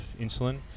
insulin